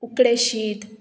उकडें शीत